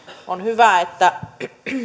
on hyvä että